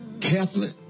Catholic